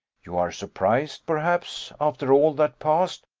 you are surprised, perhaps, after all that passed,